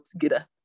together